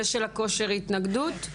זה של הכושר התנגדות?